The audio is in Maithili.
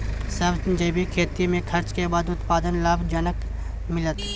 सर जैविक खेती में खर्च के बाद उत्पादन लाभ जनक मिलत?